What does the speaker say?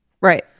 Right